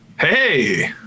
Hey